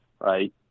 right